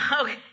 Okay